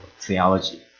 Theology